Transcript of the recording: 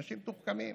אנשים מתוחכמים,